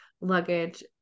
luggage